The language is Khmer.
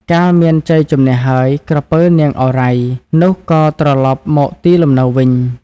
កាលមានជ័យជម្នះហើយ ក្រពើ នាងឱរ៉ៃ នោះ ក៏ត្រឡប់មកទីលំនៅវិញ ។